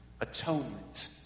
atonement